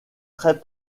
très